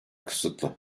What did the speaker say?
kısıtlı